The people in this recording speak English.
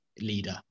leader